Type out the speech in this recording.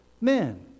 men